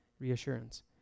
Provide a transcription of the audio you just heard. reassurance